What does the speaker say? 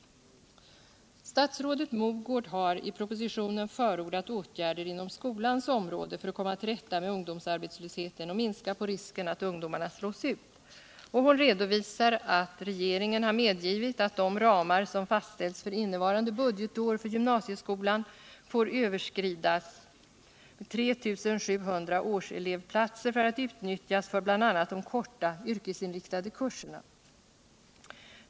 Statsrådet Mogård har i propositionen förordat åtgärder inom skolans område för att komma till rätta med ungdomsarbetslösheten och minska risken för att ungdomarna slås ut. Hon redovisar att regeringen har medgivit att de ramar som fastställts för innevarande budgetår för gymnasieskolan får överskridas med 3 700 årselevplatser för att utnyttjas för bl.a. de korta yrkesinriktade kurserna.